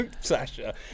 Sasha